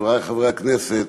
חברי חברי הכנסת,